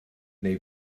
neu